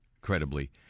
credibly